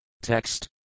Text